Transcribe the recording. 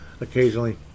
Occasionally